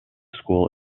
school